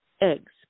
eggs